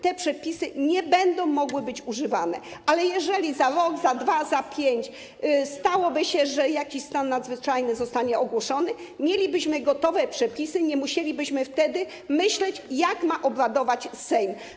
te przepisy nie będą mogły być używane, ale jeżeli za rok, za 2, za 5 lat stałoby się tak, że jakiś stan nadzwyczajny zostanie ogłoszony, mielibyśmy gotowe przepisy, nie musielibyśmy wtedy myśleć, jak ma obradować Sejm.